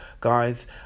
guys